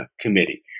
Committee